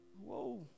whoa